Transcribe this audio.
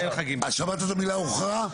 שמעת את המילה "הוכרע"?